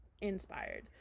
inspired